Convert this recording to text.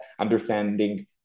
understanding